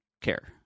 care